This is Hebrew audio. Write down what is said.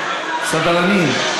סדרנים.